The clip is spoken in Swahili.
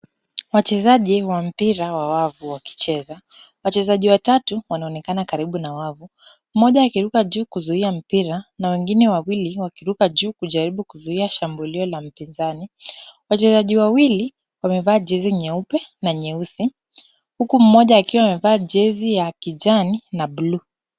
Wachezaji wa mpira wa wavu wakicheza. Wachezaji watatu wanaonekana karibu na wavu, mmoja akiruka juu kuzuia mpira na wengine wawili wakiruka juu kujaribu kuzuia shambulio la mpinzani. Wachezaji wawili, wamevaa jezi nyeupe na nyeusi. Huku mmoja akiwa amevaa jezi ya kijani na buluu.